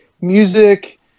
music